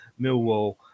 Millwall